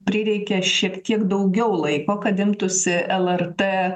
prireikė šiek tiek daugiau laiko kad imtųsi lrt